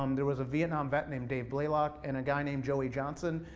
um there was a vietnam vet named dave blaylock, and a guy named joey johnson,